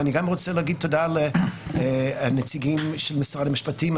ואני גם רוצה להגיד תודה לנציגים של משרד המשפטים.